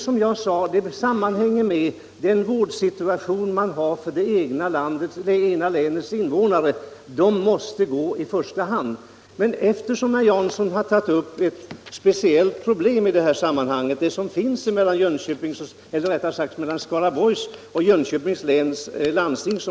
Det sammanhänger med hur vårdsituationen för det egna länets invånare ser ut. De måste komma i första hand. Herr Jansson har i dessa sammanhang tagit upp de problem som råder mellan Skaraborgs läns landsting och Jönköpings läns landsting.